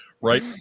right